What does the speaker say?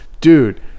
dude